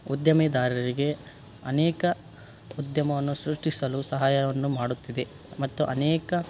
ಉದ್ಯಮಿದಾರರಿಗೆ ಅನೇಕ ಉದ್ಯಮವನ್ನು ಸೃಷ್ಟಿಸಲು ಸಹಾಯವನ್ನು ಮಾಡುತ್ತಿದೆ ಮತ್ತು ಅನೇಕ